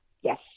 yes